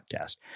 podcast